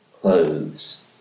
clothes